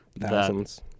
Thousands